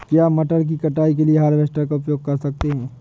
क्या मटर की कटाई के लिए हार्वेस्टर का उपयोग कर सकते हैं?